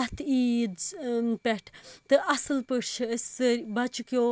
اَتھ عیٖد پؠٹھ تہٕ اَصٕل پٲٹھۍ چھِ أسۍ سٲرِی بَچہِ کؠو